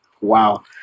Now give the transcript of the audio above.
wow